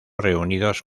reunidos